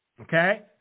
Okay